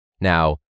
Now